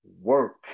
work